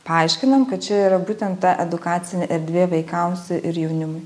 paaiškinam kad čia yra būtent ta edukacinė erdvė vaikams ir jaunimui